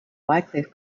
wycliffe